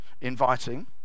inviting